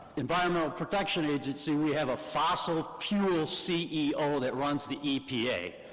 environmental protection agency, we have a fossil fuel ceo that runs the epa.